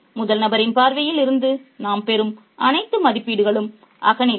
எனவே முதல் நபரின் பார்வையில் இருந்து நாம் பெறும் அனைத்து மதிப்பீடுகளும் அகநிலை